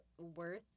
worth